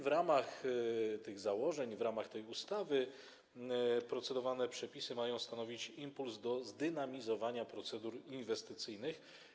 W ramach tych założeń i w ramach tej ustawy procedowane przepisy mają stanowić impuls do zdynamizowania procedur inwestycyjnych.